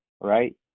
right